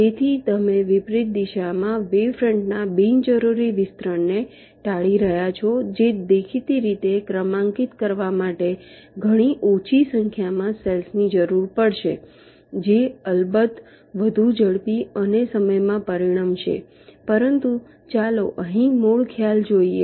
તેથી તમે વિપરીત દિશામાં વેવ ફ્રંટના બિનજરૂરી વિસ્તરણને ટાળી રહ્યા છો જે દેખીતી રીતે ક્રમાંકિત કરવા માટે ઘણી ઓછી સંખ્યામાં સેલ્સ ની જરૂર પડશે જે અલબત્ત વધુ ઝડપી અને સમયમાં પરિણમશે પરંતુ ચાલો અહીં મૂળ ખ્યાલ જોઈએ